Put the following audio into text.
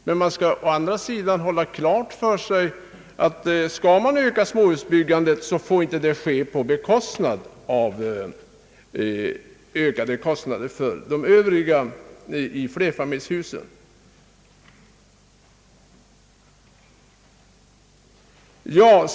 Men å andra sidan skall man ha klart för sig att om småhusbyggandet skall öka får detta inte ske på bekostnad av ökade kostnader för dem som bor i flerfamiljshus.